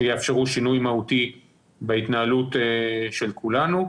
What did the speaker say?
שיאפשרו שינוי מהותי בהתנהלות של כולנו.